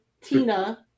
Tina